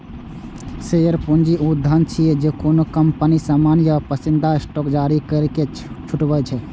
share पूंजी ऊ धन छियै, जे कोनो कंपनी सामान्य या पसंदीदा स्टॉक जारी करैके जुटबै छै